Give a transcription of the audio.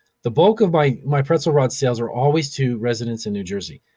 the bulk of my my pretzel rod sales are always to residents in new jersey.